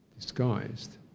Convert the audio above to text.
Disguised